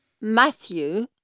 Matthew